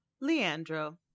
Leandro